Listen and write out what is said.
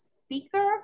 speaker